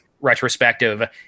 retrospective